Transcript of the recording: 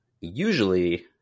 usually